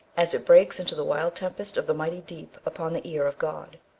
as it breaks into the wild tempest of the mighty deep, upon the ear of god.